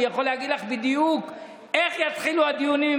אני יכול להגיד לך בדיוק איך יתחילו הדיונים עם